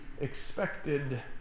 expected